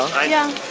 i am